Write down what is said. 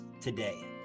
today